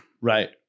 Right